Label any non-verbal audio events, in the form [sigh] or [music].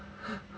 [breath]